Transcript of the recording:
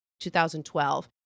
2012